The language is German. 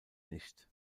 nicht